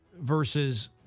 Versus